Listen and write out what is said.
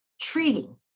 treating